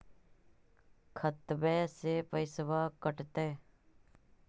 खतबे से पैसबा कटतय?